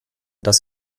dass